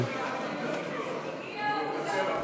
אני מתנצל,